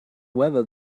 weather